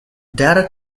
data